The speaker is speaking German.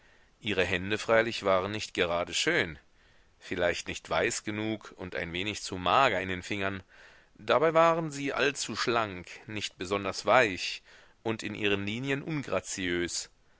ihre hände freilich waren nicht gerade schön vielleicht nicht weiß genug und ein wenig zu mager in den fingern dabei waren sie allzu schlank nicht besonders weich und in ihren linien